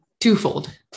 twofold